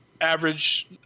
average